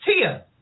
Tia